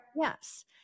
Yes